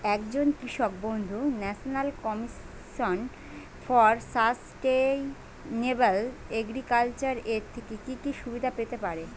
একজন কৃষক বন্ধু national commission for sustainable agriculture এর থেকে কি কি সুবিধা পেতে পারে?